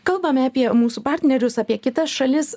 kalbame apie mūsų partnerius apie kitas šalis